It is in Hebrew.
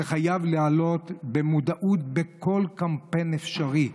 זה חייב לעלות במודעות בכל קמפיין אפשרי.